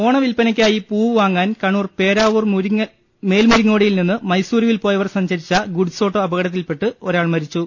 ഓണവിൽപ്പനയ്ക്കായി പൂവ് വാങ്ങാൻ കണ്ണൂർ പേരാവൂർ മേൽമുരിങ്ങോടിയിൽ നിന്ന് മൈസൂരുവിൽ പോയവർ സഞ്ചരിച്ച ഗുഡ്സ് ഓട്ടോ അപകടത്തിൽപെട്ട് ഒരാൾ മരിച്ചു